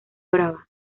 brava